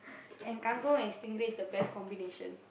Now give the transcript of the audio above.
and kangkong and stingray is the best combination